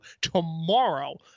tomorrow